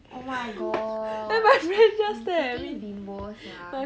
oh my god you freaking bimbo sia